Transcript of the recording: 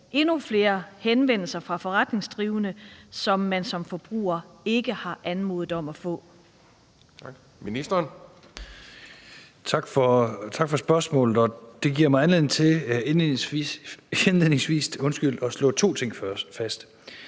endnu flere henvendelser fra forretningsdrivende, som man som forbruger ikke har anmodet om at få?